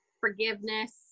forgiveness